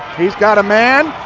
he's got a man,